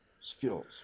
skills